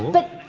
but,